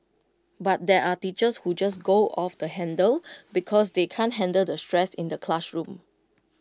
but there are teachers who just go off the handle because they can't handle the stress in the classroom